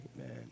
Amen